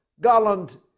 Garland